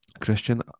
Christian